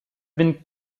been